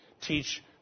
teach